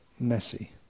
messy